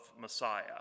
Messiah